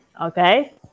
Okay